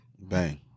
Bang